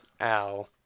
Ow